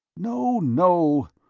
no, no,